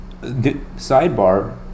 Sidebar